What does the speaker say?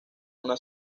una